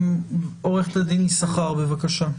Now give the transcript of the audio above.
עורכת הדין יישכר, בבקשה.